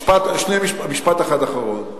משפט אחד אחרון.